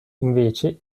invece